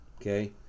okay